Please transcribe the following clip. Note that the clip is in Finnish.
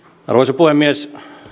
arvoisa puhemies